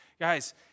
Guys